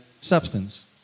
substance